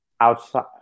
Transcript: outside